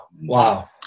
Wow